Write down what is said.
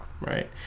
right